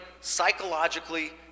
psychologically